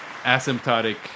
asymptotic